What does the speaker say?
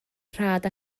rhad